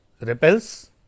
repels